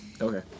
Okay